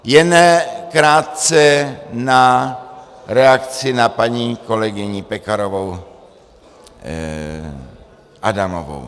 Jen krátce reakci na paní kolegyni Pekarovou Adamovou.